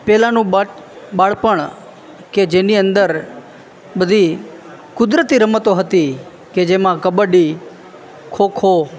પેલાનું but બાળપણ કે જેની અંદર બધી કુદરતી રમતો હતી કે જેમાં કબડ્ડી ખોખો